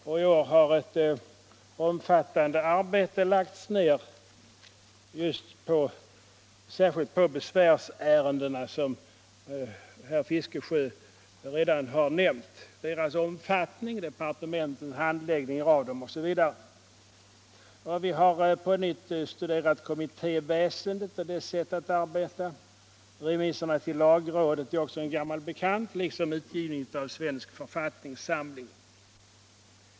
I år har ett omfattande arbete lagts ned särskilt på besvärsärendena, som herr Fiskesjö redan har nämnt — deras omfattning, departementens handläggning av dem osv. Vi har på nytt studerat kommittéväsendet och dess sätt att arbeta. Remisserna till lagrådet är också en gammal bekant, liksom utgivningen av Svensk författningssamling.